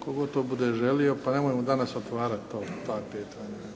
tko to bude želio, pa nemojmo danas otvarati ta pitanja.